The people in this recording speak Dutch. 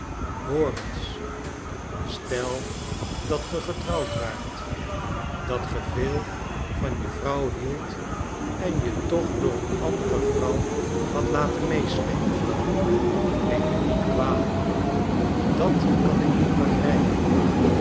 eens stel dat ge getrouwd waart dat ge veel van je vrouw hieldt en je toch door een andere vrouw had laten meesleepen neem mij niet kwalijk dat kan ik niet begrijpen